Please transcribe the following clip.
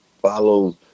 Follow